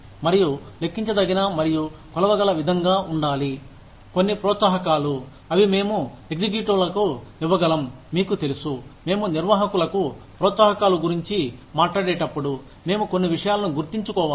మరియు లెక్కించదగిన మరియు కొలవగల విధంగా ఉండాలి కొన్ని ప్రోత్సాహకాలు అవి మేము ఎగ్జిక్యూటివ్లకు ఇవ్వగలం మీకు తెలుసు మేము కార్యనిర్వాహకులకు ప్రోత్సాహకాలు గురించి మాట్లాడేటప్పుడు మేము కొన్నివిషయాలను గుర్తించుకోవాలి